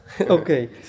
okay